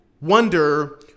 wonder